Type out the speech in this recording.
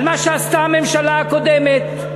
על מה שעשתה הממשלה הקודמת,